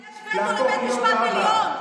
אבל יש וטו לבית המשפט העליון.